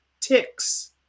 Ticks